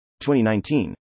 2019